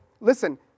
listen